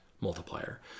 multiplier